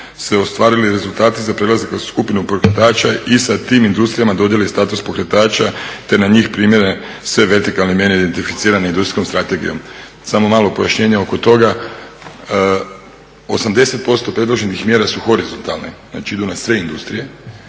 se ostvarili rezultati za prelazak kroz skupinu pokretača i sa tim industrijama dodjeli status pokretača te na njih primjene sve vertikalne mjere identificirane Industrijskom strategijom. Samo malo pojašnjenje oko toga, 80% predloženih mjera su horizontalne, znači idu na sve industrije